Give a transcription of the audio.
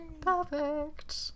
Perfect